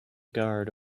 guard